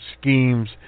schemes